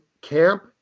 camp